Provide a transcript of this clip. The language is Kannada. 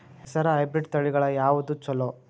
ಹೆಸರ ಹೈಬ್ರಿಡ್ ತಳಿಗಳ ಯಾವದು ಚಲೋ?